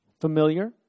familiar